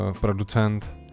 producent